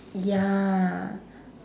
ya